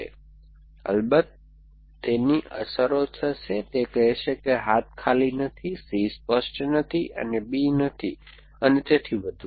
તેથી અલબત્ત તેની અસર થશે તે કહેશે કે હાથ ખાલી નથી C સ્પષ્ટ નથી અને B નથી અને તેથી વધુ